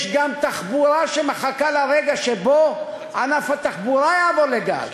יש גם תחבורה שמחכה לרגע שבו ענף התחבורה יעבור לגז.